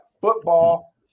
football